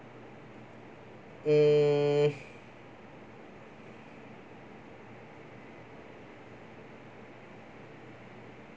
mm